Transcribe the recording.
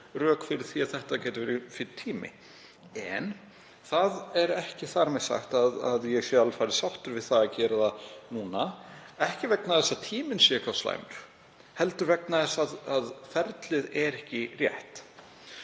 rök fyrir því að nú gæti verið fínn tími. En það er ekki þar með sagt að ég sé alfarið sáttur við að gera það núna, ekki vegna þess að tíminn sé slæmur heldur vegna þess að ferlið er ekki rétt.